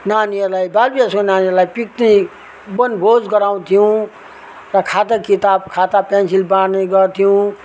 नानीहरूलाई बालविकासको नानीहरूलाई पिकनिक वनभोज गराउँथ्यौँ र खाता किताब खाता पेन्सिल बाढ्ने गर्थ्यौँ